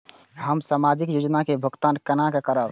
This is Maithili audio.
हम सामाजिक योजना के भुगतान केना करब?